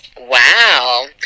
Wow